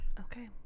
Okay